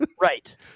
Right